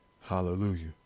Hallelujah